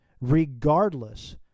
regardless